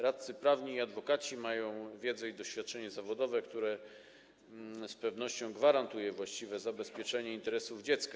Radcy prawni i adwokaci mają wiedzę i doświadczenie zawodowe, które z pewnością gwarantuje właściwe zabezpieczenie interesów dziecka.